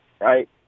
right